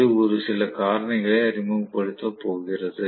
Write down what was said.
இது ஒரு சில காரணிகளை அறிமுகப்படுத்தப் போகிறது